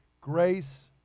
grace